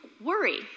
Worry